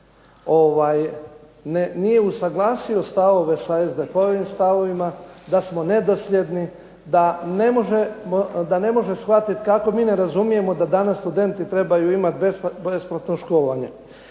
nije usaglasio stavove sa SDP-ovim stavovima, da smo nedosljedni, da ne može shvatiti kako mi ne razumijemo da danas studenti trebaju imati besplatno školovanje.